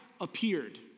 appeared